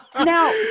Now